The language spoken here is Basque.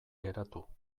geratu